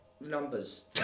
numbers